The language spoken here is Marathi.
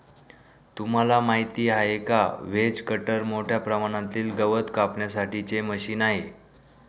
तुम्हाला माहिती आहे का? व्हेज कटर मोठ्या प्रमाणातील गवत कापण्यासाठी चे मशीन आहे